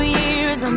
years